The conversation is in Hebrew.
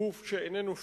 גוף שאיננו שקוף,